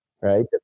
right